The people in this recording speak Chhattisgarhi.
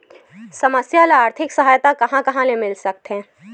समस्या ल आर्थिक सहायता कहां कहा ले मिल सकथे?